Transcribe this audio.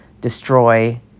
destroy